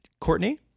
courtney